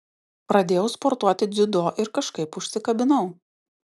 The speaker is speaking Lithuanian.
pradėjau sportuoti dziudo ir kažkaip užsikabinau